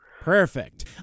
Perfect